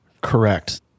Correct